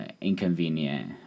inconvenient